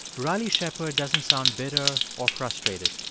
riley shepard doesn't sound bitter or frustrated.